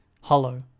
hollow